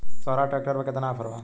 सोहराज tractor पर केतना offer बा?